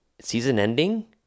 Season-ending